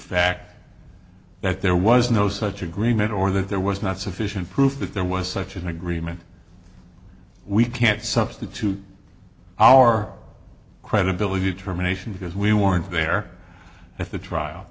fact that there was no such agreement or that there was not sufficient proof that there was such an agreement we can't substitute our credibility termination because we weren't there at the trial